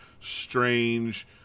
strange